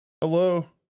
hello